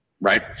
right